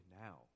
now